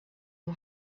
who